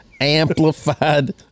amplified